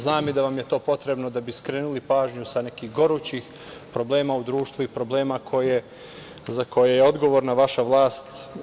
Znam i da vam je to potrebno da bi skrenuli pažnju sa nekih gorućih problema u društvu i problema za koje je odgovorna vaša vlast.